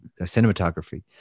cinematography